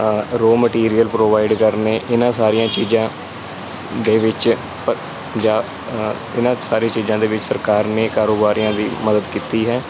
ਰੋ material provide ਕਰਨੇ ਇਹਨਾਂ ਸਾਰੀਆਂ ਚੀਜ਼ਾਂ ਦੇ ਵਿੱਚ ਪਸ ਜਾਂ ਇਹਨਾਂ ਸਾਰੀਆਂ ਚੀਜ਼ਾਂ ਦੇ ਵਿੱਚ ਸਰਕਾਰ ਨੇ ਕਾਰੋਬਾਰੀਆਂ ਦੀ ਮਦਦ ਕੀਤੀ ਹੈ